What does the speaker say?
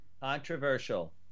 Controversial